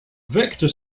vector